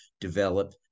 develop